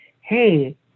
hey